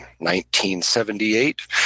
1978